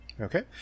Okay